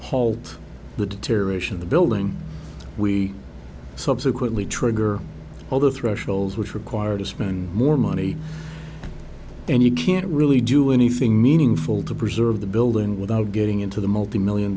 halt the deterioration of the building we subsequently trigger all the thresholds which require to spend more money and you can't really do anything meaningful to preserve the building without getting into the multi million